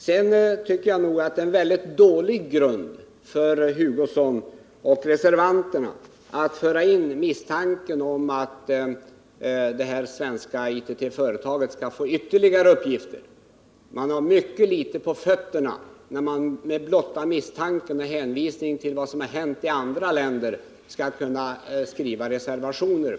Vidare tycker jag att herr Hugosson och de övriga reservanterna har mycket dålig grund för att föra in misstanken om att det svenska ITT företaget skall få ytterligare uppgifter i detta sammanhang. Man har mycket litet på fötterna när man på blotta misstanken och med hänvisning till vad som har hänt i andra länder skriver sådana reservationer.